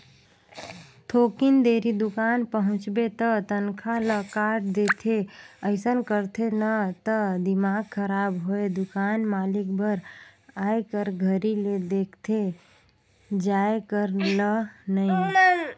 थोकिन देरी दुकान पहुंचबे त तनखा ल काट देथे अइसन करथे न त दिमाक खराब होय दुकान मालिक बर आए कर घरी ले देखथे जाये कर ल नइ